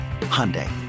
Hyundai